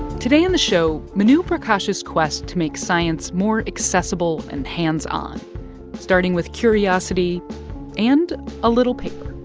today in the show, manu prakash's quest to make science more accessible and hands-on starting with curiosity and a little paper